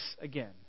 again